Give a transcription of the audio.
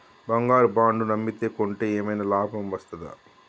బంగారు బాండు ను అమ్మితే కొంటే ఏమైనా లాభం వస్తదా?